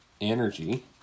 energy